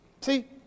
See